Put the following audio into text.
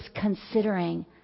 considering